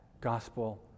gospel